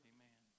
Amen